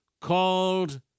called